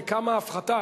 בכמה הפחתה,